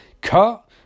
cut